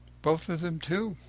both of them, too.